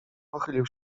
pochylił